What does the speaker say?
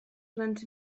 grans